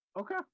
Okay